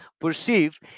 perceive